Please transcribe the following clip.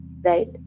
right